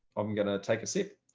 i'm gonna take a sip.